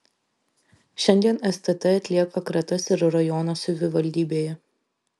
šiandien stt atlieka kratas ir rajono savivaldybėje